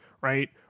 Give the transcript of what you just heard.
right